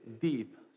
deep